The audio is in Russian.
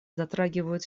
затрагивают